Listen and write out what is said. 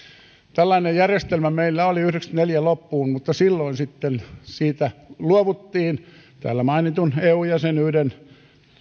tällainen järjestelmä meillä oli vuoden yhdeksänkymmentäneljä loppuun mutta silloin siitä luovuttiin täällä mainitun eu jäsenyyden